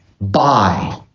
buy